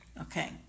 Okay